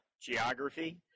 geography